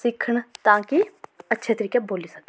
सिक्खन तां कि अच्छे तरीके बोली सकन